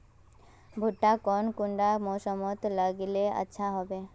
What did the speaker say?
भुट्टा कौन कुंडा मोसमोत लगले अच्छा होबे?